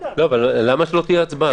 למה שלא תהיה הצבעה?